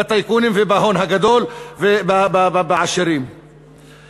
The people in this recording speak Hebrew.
בטייקונים ובהון הגדול ובעשירים מצד שני.